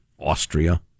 Austria